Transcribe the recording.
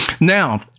Now